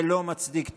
זה לא מצדיק טרור.